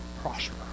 prosper